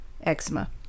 eczema